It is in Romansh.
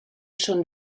schon